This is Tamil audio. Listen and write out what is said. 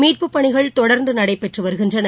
மீட்புப் பணிகள் தொடர்ந்து நடைபெற்று வருகின்றன